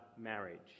marriage